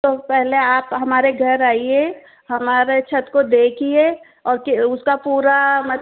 तो पहले आप हमारे घर आए हमारे छत्त को देखिए और फिर उसका पूरा मतलब